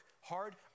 hard